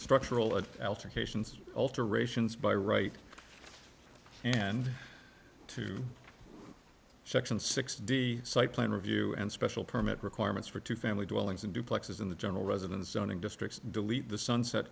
structural and cations alterations by right and to section sixty site plan review and special permit requirements for two family dwellings and duplexes in the general residence zoning districts delete the sunset